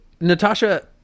natasha